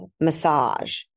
massage